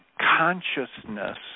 consciousness